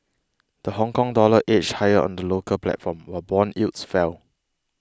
the Hongkong dollar edged higher on the local platform while bond yields fell